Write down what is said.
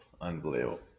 Unbelievable